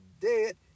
dead